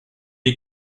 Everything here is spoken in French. est